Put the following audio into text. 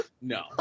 no